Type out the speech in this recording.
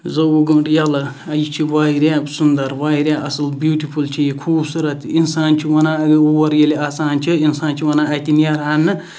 ژووُہہ گٲنٛٹہٕ یَلہٕ یہِ چھ واریاہ سُندَر واریاہ اَصل بیوٹِفُل چھِ یہِ خوٗبصوٗرَت اِنسان چھُ وَنان اَگَر اور ییٚلہِ اَژان چھ اِنسان چھُ وَنان اَتہِ نیرہا نہٕ